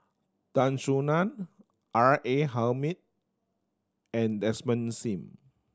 Tan Soo Nan R A Hamid and Desmond Sim